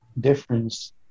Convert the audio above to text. difference